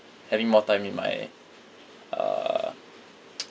having more time in my uh